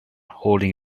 holding